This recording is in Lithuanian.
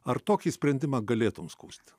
ar tokį sprendimą galėtum skųsti